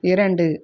இரண்டு